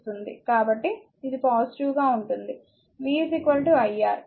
కాబట్టి ఇది పాజిటివ్ గా ఉంటుంది v iR